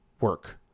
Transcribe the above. work